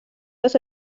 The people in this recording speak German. dass